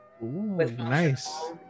nice